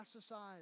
society